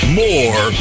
more